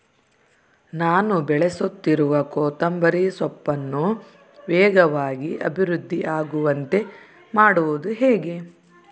ನಾನು ಬೆಳೆಸುತ್ತಿರುವ ಕೊತ್ತಂಬರಿ ಸೊಪ್ಪನ್ನು ವೇಗವಾಗಿ ಅಭಿವೃದ್ಧಿ ಆಗುವಂತೆ ಮಾಡುವುದು ಹೇಗೆ?